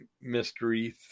mystery